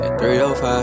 305